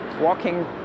walking